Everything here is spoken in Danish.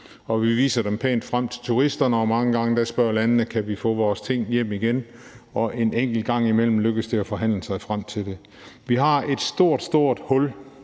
og vi viser dem pænt frem til turisterne. Mange gange spørger landene: Kan vi få vores ting hjem igen? Og en enkelt gang imellem lykkes det at forhandle os frem til, at det kan de. Vi har et stort, stort hul